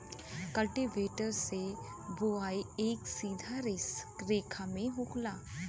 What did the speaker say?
cultivator से बोवाई एक सीधा रेखा में होला